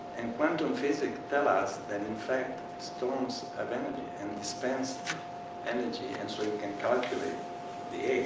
and quantum physics tell us that in fact storms of energy, and dispense energy, and so you can calculate the